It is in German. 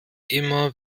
immer